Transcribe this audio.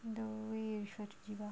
the way you refer to giwa